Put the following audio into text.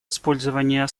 использования